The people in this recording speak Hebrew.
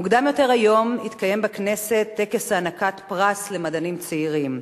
מוקדם יותר היום התקיים בכנסת טקס הענקת פרס למדענים צעירים.